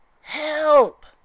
help